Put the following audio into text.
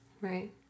right